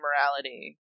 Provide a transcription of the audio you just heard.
morality